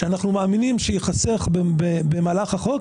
שאנחנו מאמינים שייחסך במהלך החוק,